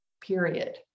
period